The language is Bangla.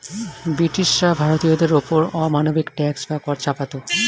ব্রিটিশরা ভারতীয়দের ওপর অমানবিক ট্যাক্স বা কর চাপাতো